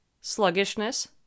sluggishness